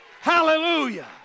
Hallelujah